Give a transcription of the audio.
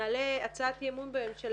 נעלה הצעת אי אמון בממשלה על הרקע הזה.